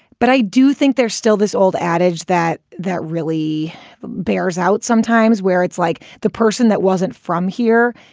but i do think there's still this old adage that that really bears out sometimes where it's like the person that wasn't from here.